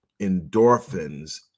endorphins